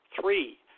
Three